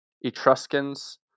Etruscans